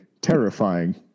terrifying